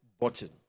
button